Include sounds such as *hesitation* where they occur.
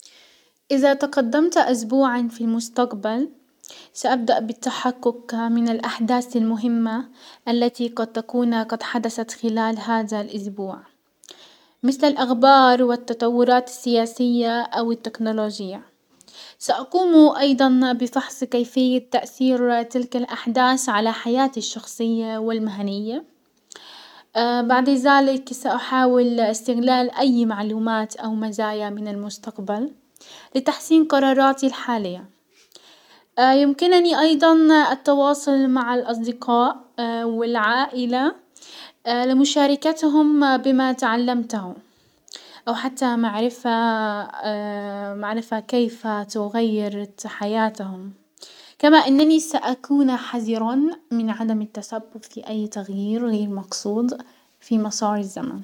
ازا تقدمت اسبوعا في المستقبل، سابدأ بالتحقق من الاحداث المهمة التي قد تكون قد حدست خلال هزا الاسبوع، مسل الاخبار والتطورات السياسية او التكنولوجية، ساقوم ايضا بفحص كيفية تأثير تلك الاحداس على حياتي الشخصية والمهنية، *hesitation* بعد زلك ساحاول استغلال اي معلومات او مزايا من المستقبل لتحسين قراراتي الحالية، *hesitation* يمكنني ايضا تواصل مع الاصدقاء *hesitation* والعائلة *hesitation* لمشاركتهم بما تعلمتهم او حتى معرفة *hesitation* معرفة كيف تغيرت حياتهم، كما انني ساكون حذرا من عدم التسبب في اي تغيير غير المقصود في مسار الزمن.